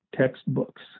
textbooks